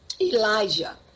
Elijah